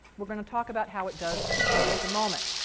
we're going to talk about how it does in just a moment.